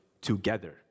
together